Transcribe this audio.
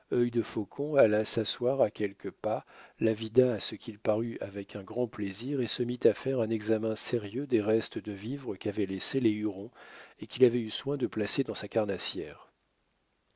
d'eau œil de faucon alla s'asseoir à quelques pas la vida à ce qu'il parut avec un grand plaisir et se mit à faire un examen sérieux des restes de vivres qu'avaient laissés les hurons et qu'il avait eu soin de placer dans sa carnassière